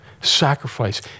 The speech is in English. sacrifice